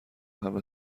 همه